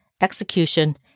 execution